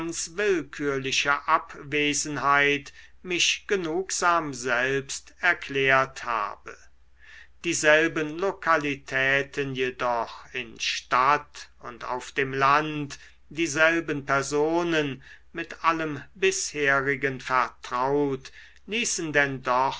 willkürliche abwesenheit mich genugsam selbst erklärt habe dieselben lokalitäten jedoch in stadt und auf dem land dieselben personen mit allem bisherigen vertraut ließen denn doch